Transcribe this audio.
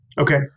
Okay